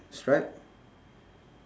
stripe